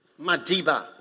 Madiba